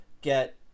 get